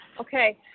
Okay